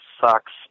sucks